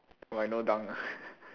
why no dunk ah